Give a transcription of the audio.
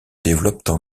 développent